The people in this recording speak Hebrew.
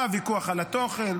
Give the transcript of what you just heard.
היה ויכוח על התוכן,